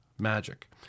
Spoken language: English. Magic